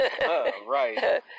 right